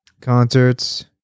concerts